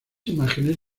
imágenes